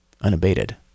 unabated